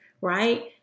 right